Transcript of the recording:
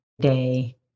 day